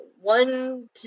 one